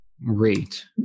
rate